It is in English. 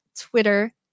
Twitter